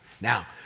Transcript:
Now